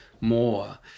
more